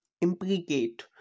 Implicate